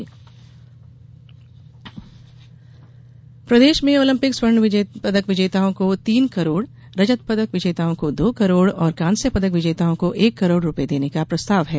खेल प्रोत्साहन प्रदेश में ओलंपिक स्वर्ण पदक विजेताओं को तीन करोड़ रजत पदक विजेताओं को दो करोड़ और कांस्य पदक विजेताओं को एक करोड़ रूपये देने का प्रस्ताव है